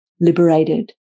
liberated